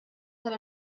tal